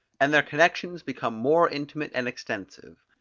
and their connections become more intimate and extensive.